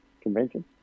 convention